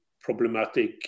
problematic